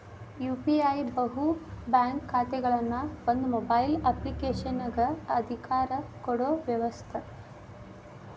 UPI ಬಹು bank ಖಾತೆಗಳನ್ನ ಒಂದ ಮೊಬೈಲ್ ಅಪ್ಲಿಕೇಶನಗ ಅಧಿಕಾರ ಕೊಡೊ ವ್ಯವಸ್ತ